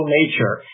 nature